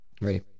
ready